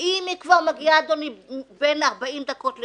אם היא כבר מגיעה, לוקח לה